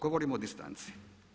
Govorim o distanci.